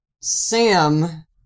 Sam